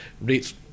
rates